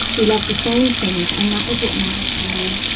we loved the same things, and that was what mattered to her.